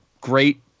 great